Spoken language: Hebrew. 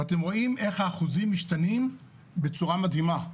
ואתם רואים איך האחוזים משתנים בצורה מדהימה.